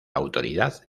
autoridad